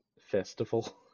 festival